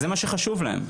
זה מה שחשוב להם.